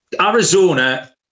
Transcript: Arizona